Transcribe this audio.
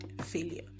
failure